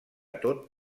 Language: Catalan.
tot